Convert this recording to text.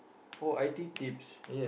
oh I_T-tips